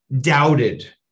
doubted